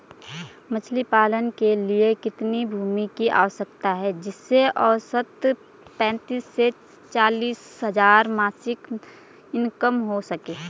मछली पालन के लिए कितनी भूमि की आवश्यकता है जिससे औसतन पैंतीस से चालीस हज़ार मासिक इनकम हो सके?